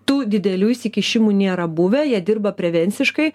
tų didelių įsikišimų nėra buvę jie dirba prevenciškai